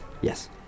Yes